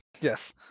Yes